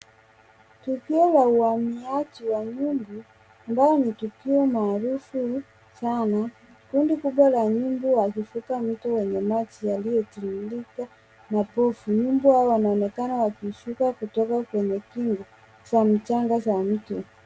Tukio la uhamiaji wa nyumbu, ambao ni tukio maarufu sana. Kundi kubwa la nyumbu wakivuka mto wenye maji yaliyotiririka na pofu. Nyumbu hao wanaonekana wakishuka kutoka kwenye kingo za mchanga za mto.